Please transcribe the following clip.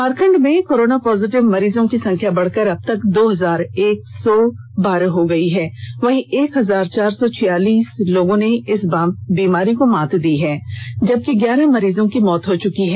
झारखंड में corona positive मरीजों की संख्या बढ़कर अब तक दो हजार एक सौ बारह हो गई है वहीं एक हजार चार सौ छियालीस लोगों ने इस बीमारी को मात दी है जबकि ग्यारह मरीजों की मौत हो चुकी है